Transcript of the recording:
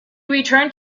returned